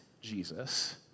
Jesus